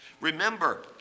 Remember